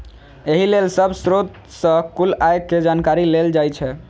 एहि लेल सब स्रोत सं कुल आय के जानकारी लेल जाइ छै